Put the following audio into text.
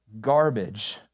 garbage